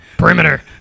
Perimeter